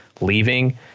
leaving